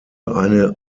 eine